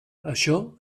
això